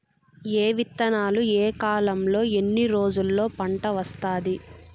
ఏ విత్తనాలు ఏ కాలంలో ఎన్ని రోజుల్లో పంట వస్తాది?